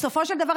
בסופו של דבר,